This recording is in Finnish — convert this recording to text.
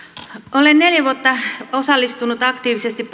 olen neljä vuotta osallistunut aktiivisesti